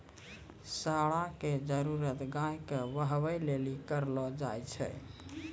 साँड़ा के जरुरत गाय के बहबै लेली करलो जाय छै